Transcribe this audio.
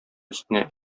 өстенә